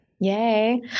Yay